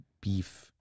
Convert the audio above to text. beef